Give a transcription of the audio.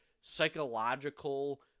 psychological